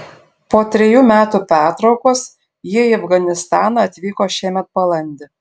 po trejų metų pertraukos jie į afganistaną atvyko šiemet balandį